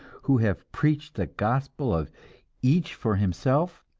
who have preached the gospel of each for himself,